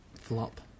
Flop